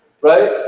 Right